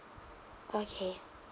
okay